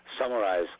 summarize